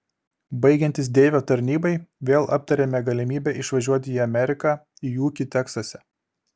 baigiantis deivio tarnybai vėl aptarėme galimybę išvažiuoti į ameriką į ūkį teksase